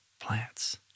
plants